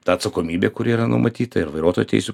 ta atsakomybė kuri yra numatyta ir vairuotojo teisių